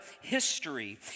history